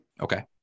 Okay